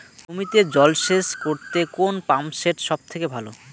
জমিতে জল সেচ করতে কোন পাম্প সেট সব থেকে ভালো?